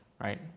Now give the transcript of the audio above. right